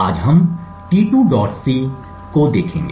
इसलिए हम आज t2c को देख रहे हैं